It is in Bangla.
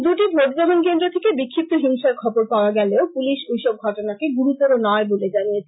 দুটি ভোটগ্রহণ কেন্দ্র থেকে বিক্ষিপ্ত হিংসার খবর পাওয়া গেলেও পুলিশ ঐসব ঘটনাকে গুরুতর নয় বলে জানিয়েছে